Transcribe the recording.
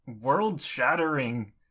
world-shattering